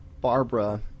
Barbara